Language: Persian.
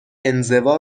انزوا